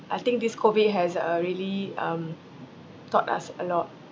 I think this COVID has uh really um taught us a lot